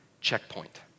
checkpoint